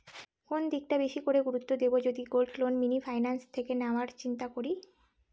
কোন দিকটা বেশি করে গুরুত্ব দেব যদি গোল্ড লোন মিনি ফাইন্যান্স থেকে নেওয়ার চিন্তা করি?